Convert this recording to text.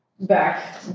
back